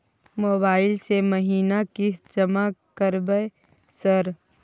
Mobile से महीना किस्त जमा करबै सर?